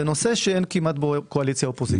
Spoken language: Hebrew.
זה נושא שכמעט אין בו קואליציה ואופיזציה.